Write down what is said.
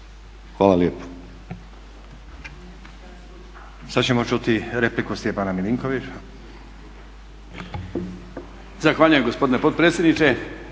Hvala lijepo.